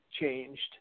changed